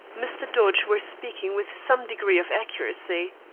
mr. dodge were speaking with some degree of accuracy.